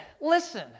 listen